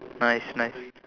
nice nice